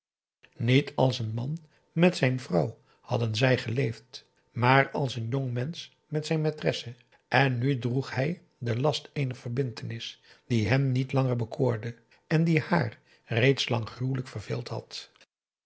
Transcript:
niet als een man met zijn vrouw hadden zij geleefd maar als een jongmensch met zijn maitresse en nu droeg hij den last eener verbintenis die hem niet langer bekoorde die haar reeds lang gruwelijk verveeld had